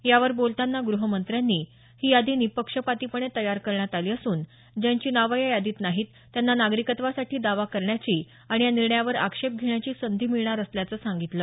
यावर बोलताना ग्रहमंत्र्यांनी ही यादी निपक्षपातीपणे तयार करण्यात आली असून ज्यांची नावं या यादीत नाहीत त्यांना नागरिकत्वासाठी दावा करण्याची आणि या निर्णयावर आक्षेप घेण्याची संधी मिळणार असल्याचं सांगितलं